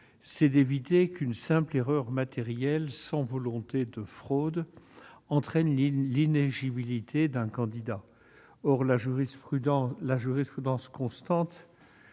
est d'éviter qu'une simple erreur matérielle sans volonté de fraude n'entraîne l'inéligibilité d'un candidat. Or la jurisprudence est constante